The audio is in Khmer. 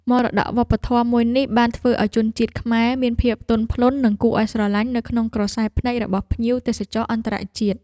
មរតកវប្បធម៌មួយនេះបានធ្វើឱ្យជនជាតិខ្មែរមានភាពទន់ភ្លន់និងគួរឱ្យស្រឡាញ់នៅក្នុងក្រសែភ្នែករបស់ភ្ញៀវទេសចរអន្តរជាតិ។